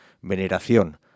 veneración